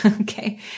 okay